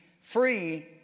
free